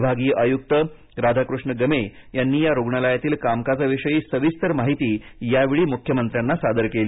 विभागीय आयुक्त राधाकृष्ण गमे यांनी या रुग्णालयातील कामकाजाविषयी सविस्तर माहिती यावेळी मुख्यमंत्री यांना सादर केली